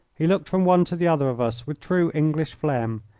he looked from one to the other of us with true english phlegm,